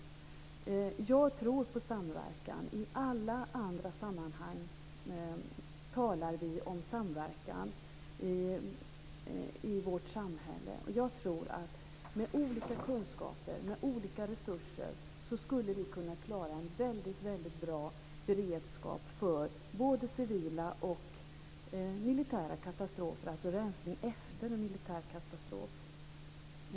Jag tror på samverkan. I alla andra sammanhang i vårt samhälle talar vi om samverkan, och jag tror att vi med olika kunskaper och olika resurser skulle kunna ha en väldigt bra beredskap för både civila och militära katastrofer, alltså rensning efter en militär katastrof.